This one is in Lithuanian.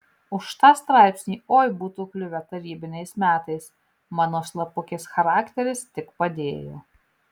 už tą straipsnį oi būtų kliuvę tarybiniais metais mano slapukės charakteris tik padėjo